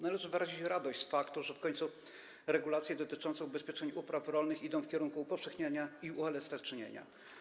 Należy wyrazić radość z faktu, że w końcu regulacje dotyczące ubezpieczeń upraw rolnych idą w kierunku upowszechniania i uelastycznienia.